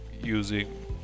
using